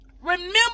remember